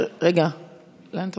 לאן?